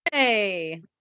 hey